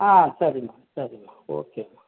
ஆ சரிம்மா சரிம்மா ஓகேம்மா